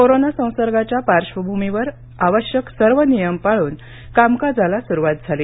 corona संसर्गाच्या पार्श्वभूमीवर आवश्यक सर्व नियम पाळून कामकाजाला सुरुवात झाली